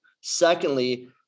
secondly